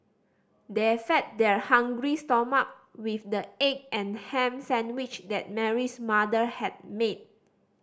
they fed their hungry stomach with the egg and ham sandwich that Mary's mother had made